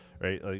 right